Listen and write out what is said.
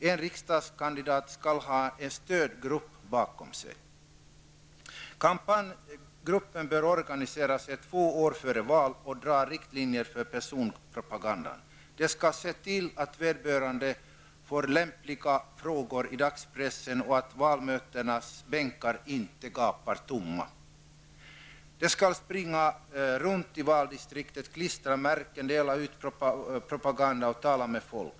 En riksdagskandidat skall ha en stödgrupp bakom sig. Kampanjgruppen bör organisera sig två år före valet och dra upp riktlinjer för personpropaganda. Den skall se till att vederbörande får lämpliga frågor i dagspressen och att valmötenas bänkar inte gapar tomma. Man skall springa runt i valdistriktet, klistra märken, dela ut propaganda och tala med folk.